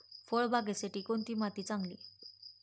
फळबागेसाठी कोणती माती चांगली?